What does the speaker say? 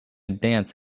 dance